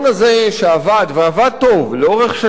שעבד ועבד טוב לאורך שנים רבות,